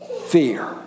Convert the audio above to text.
fear